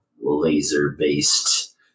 laser-based